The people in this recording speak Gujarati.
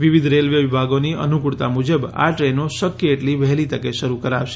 વિવિધ રેલવે વિભાગોની અનૂકુળતા મુજબ આ ટ્રેનો શક્ય એટલી વહેલી તકે શરૂ કરાશે